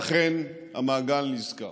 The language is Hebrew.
ואכן, המעגל נסגר.